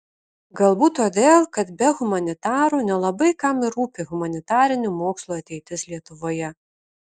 galbūt todėl kad be humanitarų nelabai kam ir rūpi humanitarinių mokslų ateitis lietuvoje